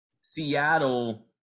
Seattle –